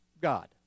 God